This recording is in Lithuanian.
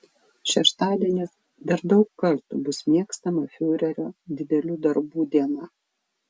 šeštadienis dar daug kartų bus mėgstama fiurerio didelių darbų diena